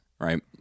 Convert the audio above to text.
right